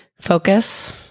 Focus